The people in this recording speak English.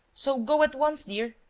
so go at once, dear,